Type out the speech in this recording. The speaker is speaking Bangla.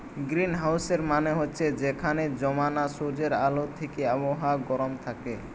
গ্রীনহাউসের মানে হচ্ছে যেখানে জমানা সূর্যের আলো থিকে আবহাওয়া গরম থাকে